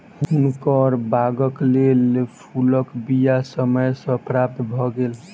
हुनकर बागक लेल फूलक बीया समय सॅ प्राप्त भ गेल